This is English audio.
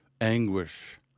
anguish